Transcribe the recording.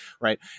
right